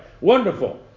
Wonderful